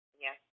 Yes